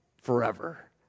forever